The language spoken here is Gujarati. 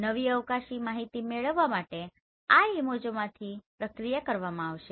નવી અવકાશી માહિતી મેળવવા માટે આ ઈમેજોમાં પ્રક્રિયા કરવામાં આવશે